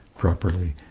Properly